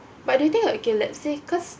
but do you think like okay let's say cause